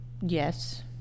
Yes